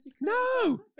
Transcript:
No